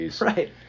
Right